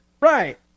Right